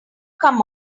come